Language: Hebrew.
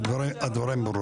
הדברים ברורים.